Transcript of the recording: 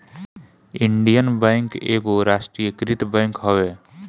Indian bank एगो राष्ट्रीयकृत bank हवे